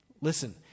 Listen